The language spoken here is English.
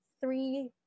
three